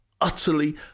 utterly